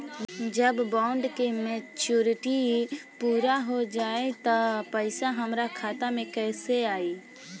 जब बॉन्ड के मेचूरिटि पूरा हो जायी त पईसा हमरा खाता मे कैसे आई?